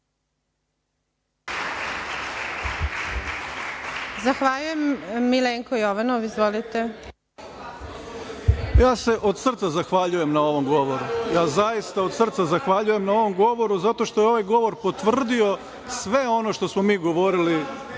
**Milenko Jovanov** Ja se od srca zahvaljujem na ovom govoru, ja zaista od srca zahvaljujem na ovom govoru zato što je ovaj govor potvrdio sve ono što smo mi govorili